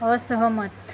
असहमत